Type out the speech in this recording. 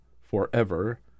forever